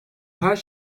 her